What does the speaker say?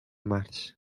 març